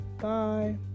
Bye